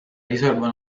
riserva